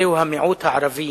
זהו המיעוט הערבי